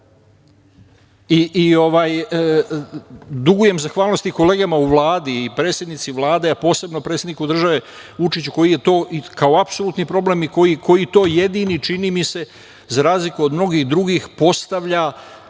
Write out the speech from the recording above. bave. Dugujem zahvalnost svim kolegama u Vladi i predsednici Vlade, a posebno predsedniku države Vučiću, koji je to kao apsolutni problem i koji to jedini, čini mi se, za razliku od mnogih drugih, postavlja